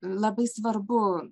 labai svarbu